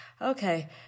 Okay